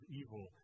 evil